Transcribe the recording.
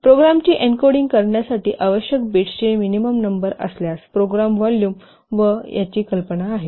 प्रोग्रामची एन्कोडिंग करण्यासाठी आवश्यक बिट्सची मिनिमम नंबर असल्यास प्रोग्राम व्हॉल्यूम व् याची कल्पना आहे